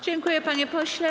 Dziękuję, panie pośle.